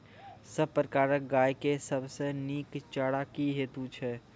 सब प्रकारक गाय के सबसे नीक चारा की हेतु छै?